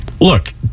Look